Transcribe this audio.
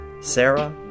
Sarah